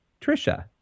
Trisha